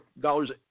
dollars